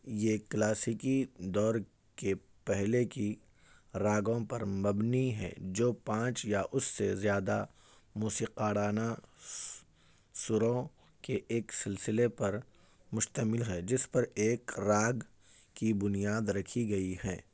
یہ کلاسیکی دور کے پہلے کی راگوں پر مبنی ہے جو پانچ یا اس سے زیادہ موسیقارانہ سُروں کے ایک سلسلے پر مشتمل ہے جس پر ایک راگ کی بنیاد رکھی گئی ہے